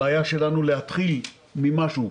הבעיה שלנו היא להתחיל ממשהו.